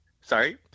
Sorry